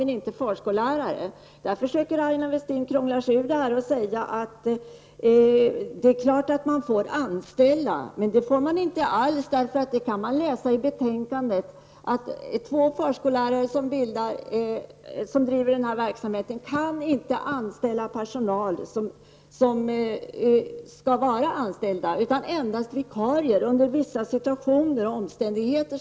Aina Westin försöker krångla sig ur detta när hon säger att det är klart att man får anställa. Men det får man inte alls. Man kan läsa i betänkandet att två förskollärare som driver dagisverksamhet inte kan anställa personal utan endast vikarier under vissa situationer och omständigheter.